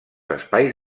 espais